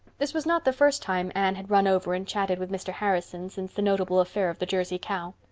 this was not the first time anne had run over and chatted with mr. harrison since the notable affair of the jersey cow.